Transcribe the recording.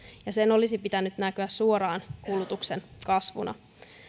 ja sen olisi pitänyt näkyä suoraan kulutuksen kasvuna